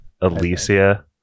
Alicia